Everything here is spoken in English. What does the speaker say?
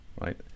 right